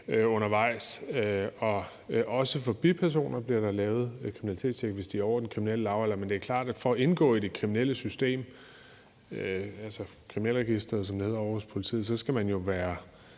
undervejs, og også for bipersoner bliver der lavet et kriminalitetstjek, hvis de er over den kriminelle lavalder. Men det er klart, at for at indgå i det kriminelle system, altså Kriminalregistret, som det hedder ovre os politiet, så skal man jo være